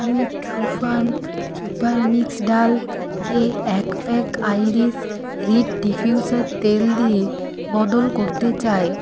আমি Trufarm super mix ডালকে এক প্যাক আইরিস রিড ডিফিউসার তেল দিয়ে বদল করতে চাই